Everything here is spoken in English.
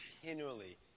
continually